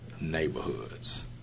neighborhoods